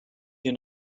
you